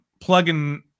plugging